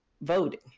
voting